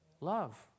Love